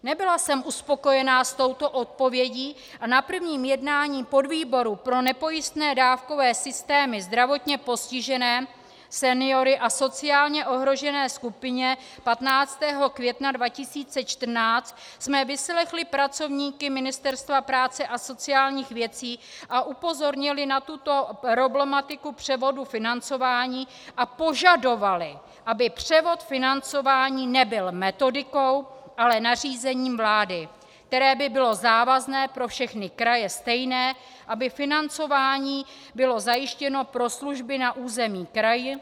Nebyla jsem uspokojena s touto odpovědí a na prvním jednání podvýboru pro nepojistné dávkové systémy pro zdravotně postižené, seniory a sociálně ohrožené skupiny 15. května 2014 jsme vyslechli pracovníky Ministerstva práce a sociálních věcí a upozornili na tuto problematiku převodu financování a požadovali, aby převod financování nebyl metodikou, ale nařízením vlády, které by bylo závazné, pro všechny kraje stejné, aby financování bylo zajištěno pro služby na území kraje.